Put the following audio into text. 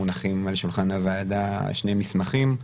מונחים על שולחן הוועדה שני מסמכים.